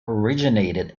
originated